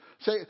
Say